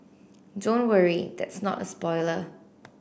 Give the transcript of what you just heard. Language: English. don't worry that's not a spoiler